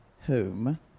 home